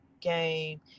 game